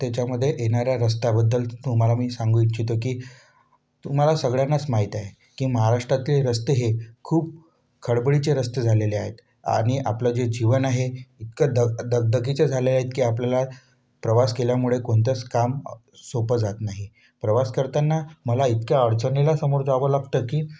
त्याच्यामध्ये येणाऱ्या रस्त्याबद्दल तुम्हाला मी सांगू इच्छितो की तुम्हाला सगळ्यांनाच माहीत आहे की महाराष्ट्रातले रस्ते हे खूप खडबडीचे रस्ते झालेले आहेत आणि आपलं जे जीवन आहे इतकं दग दगदगीचं झालं आहे की आपल्याला प्रवास केल्यामुळे कोणतंच काम सोपं जात नाही प्रवास करताना मला इतक्या अडचणीला सामोरं जावं लागतं की